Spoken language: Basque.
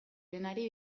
denari